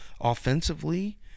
offensively